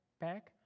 back